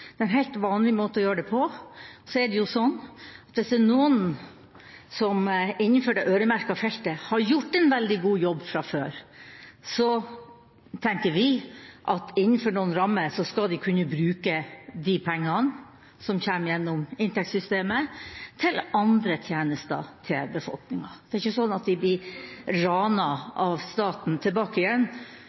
er en helt vanlig måte å gjøre det på. Så er det sånn at hvis det er noen som innenfor det øremerkede feltet har gjort en veldig god jobb fra før, tenker vi at innenfor noen rammer skal de kunne bruke de pengene som kommer gjennom inntektssystemet, til andre tjenester til befolkningen. Det er ikke sånn at de blir «ranet» av staten tilbake igjen,